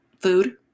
food